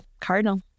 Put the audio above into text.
cardinal